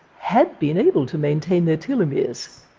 had been able to maintain their telomeres.